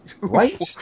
Right